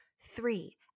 Three